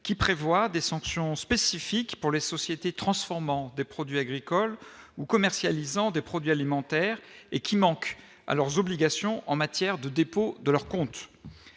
qui prévoit des sanctions spécifiques pour les sociétés, transformant des produits agricoles ou commercialisant des produits alimentaires et qui manquent à leurs obligations en matière de dépôts de leurs comptes